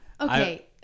Okay